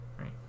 Right